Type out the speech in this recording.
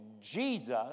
Jesus